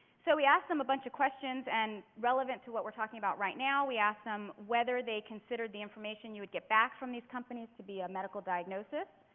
so we asked them a bunch of questions and relevant to what we're talking about right now we asked them whether they considered the information you would get back from these companies to be a medical diagnosis.